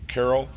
Carol